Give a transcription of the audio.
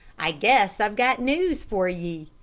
i guess i've got news for ye.